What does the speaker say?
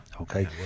Okay